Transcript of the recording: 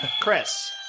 Chris